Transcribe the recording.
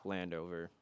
Landover